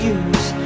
use